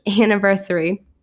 anniversary